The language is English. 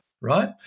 right